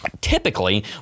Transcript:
typically